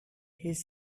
his